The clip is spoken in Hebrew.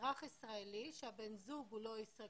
שאזרח ישראלי שהבן זוג הוא לא ישראלי,